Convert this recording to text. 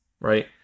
right